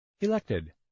Elected